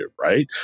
Right